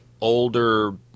older